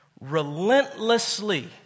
relentlessly